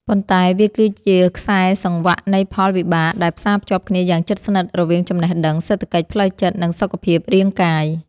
ប៉ុន្តែវាគឺជាខ្សែសង្វាក់នៃផលវិបាកដែលផ្សារភ្ជាប់គ្នាយ៉ាងជិតស្និទ្ធរវាងចំណេះដឹង សេដ្ឋកិច្ច ផ្លូវចិត្ត និងសុខភាពរាងកាយ។